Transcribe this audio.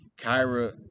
Kyra